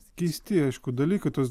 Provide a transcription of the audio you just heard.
keisti aišku dalykai tos